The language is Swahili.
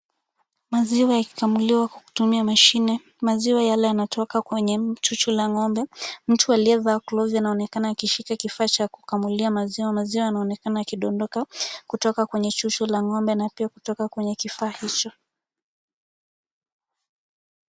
Maziwa yakikamuliwa kwa kutumia mashine. Maziwa yale yanatoka kwenye mchuchu la ng'ombe. Mtu aliyevaa glovi anaonekana akishika kifaa cha kukamulia maziwa. Maziwa yanaonekana yakidondoka kutoka kwenye chuchu la ng'ombe, na pia kutoka kwenye kifaa hicho.